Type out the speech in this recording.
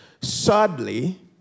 Sadly